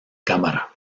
cámara